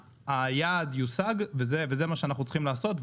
היעד יושג, וזה מה שאנחנו צריכים לעשות.